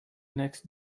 next